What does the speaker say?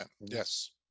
Yes